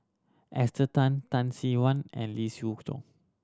Esther Tan Tan Sin Aun and Lee Siew Choh